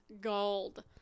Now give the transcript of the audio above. gold